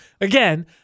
again